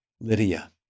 Lydia